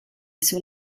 sur